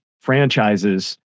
franchises